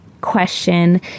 question